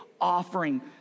offering